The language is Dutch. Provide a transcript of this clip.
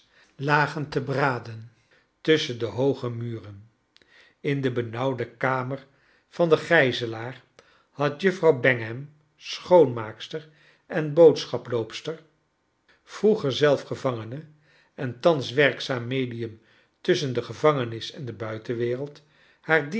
lagen te braden tusschen de hooge muren in de benauwde kamer van den gijzelaar had juffrouw bangham schoonmaakster en boodschaploopster vroeger zelf gevangene en thans werkzaam medium tusschen de gevangenis en de buitenwereld haar